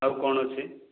ଆଉ କ'ଣ ଅଛି